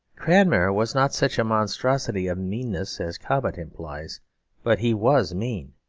cranmer was not such a monstrosity of meanness as cobbett implies but he was mean.